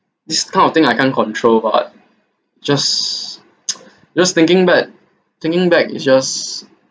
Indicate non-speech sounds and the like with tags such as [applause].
this kind of thing I can't control but just [noise] just thinking back thinking back it's just